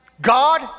God